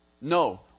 No